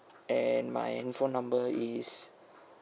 and my handphone number is